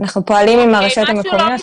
חשוב לי לומר שאנחנו פועלים עם הרשויות המקומיות.